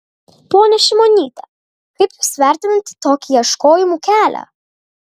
ponia šimonyte kaip jūs vertinate tokį ieškojimų kelią